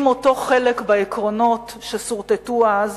אם אותו חלק בעקרונות שסורטטו אז